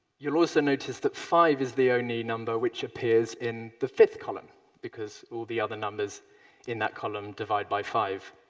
you'll also notice that five is the only number which appears in the fifth column because all the other numbers in that column divide by five.